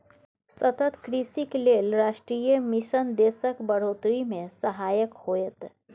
सतत कृषिक लेल राष्ट्रीय मिशन देशक बढ़ोतरी मे सहायक होएत